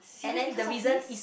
serious because of this